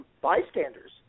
bystanders